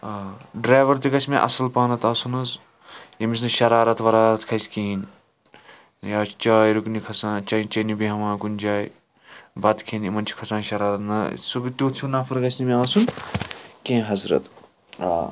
ٲں ڈریوَر تہِ گَژھہِ مےٚ اَصٕل پَہَنتھ آسُن حظ یٔمِس نہٕ شرارَتھ ورارَتھ کھسہِ کِہیٖنۍ یا چاے رُکنہِ کھسان چاے چیٚؠنہِ بیٚہوان کُنہِ جایہِ بَتہٕ کھیٚنہِ یِمَن چھِ کھسان شرارَت نا سُہ تِیُتھ ہیٚو نَفر گَژھہِ نہٕ مےٚ آسُن کینٛہہ حضرَت آ